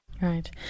Right